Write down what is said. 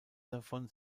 davon